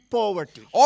poverty